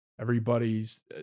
Everybody's